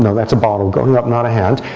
no, that's a bottle going up, not a hand.